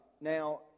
now